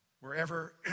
wherever